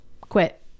quit